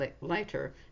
lighter